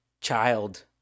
child